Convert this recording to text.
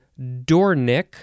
dornick